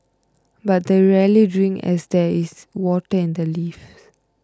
but they rarely drink as there is water in the leaves